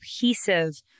cohesive